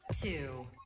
Two